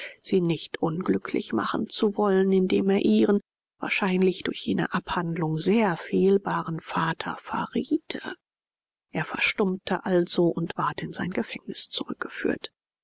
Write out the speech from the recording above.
sie nicht unglücklich machen zu wollen indem er ihren wahrscheinlich durch jene abhandlung sehr fehlbaren vater verriete er verstummte also und ward in sein gefängnis zurückgeführt